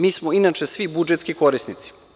Mi smo, inače, svi budžetski korisnici.